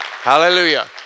Hallelujah